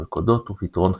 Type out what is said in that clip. מלכודות ופתרון חידות.